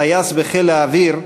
טייס בחיל האוויר,